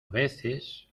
veces